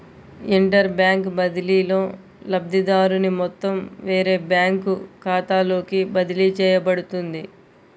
inter bank బదిలీలో, లబ్ధిదారుని మొత్తం వేరే బ్యాంకు ఖాతాలోకి బదిలీ చేయబడుతుంది